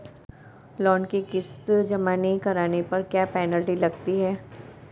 Loan की किश्त जमा नहीं कराने पर क्या पेनल्टी लगती है?